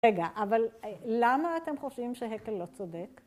רגע, אבל למה אתם חושבים שהקל לא צודק?